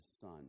son